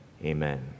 amen